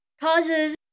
causes